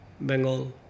Bengal